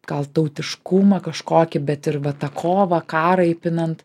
gal tautiškumą kažkokį bet ir va tą kovą karą įpinant